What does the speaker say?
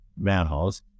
manholes